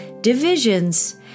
divisions